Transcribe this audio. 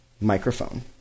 microphone